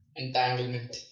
entanglement